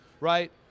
right